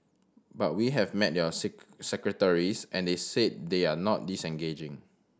but we have met your seek secretaries and they said they are not disengaging